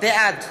בעד